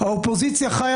חוק יותר